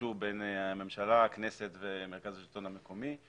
שגובשו בין הממשלה, הכנסת ומרכז השלטון המקומי,